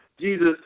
Jesus